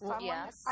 yes